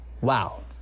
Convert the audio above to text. Wow